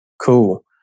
cool